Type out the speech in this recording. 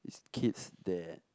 is kids that